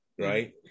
right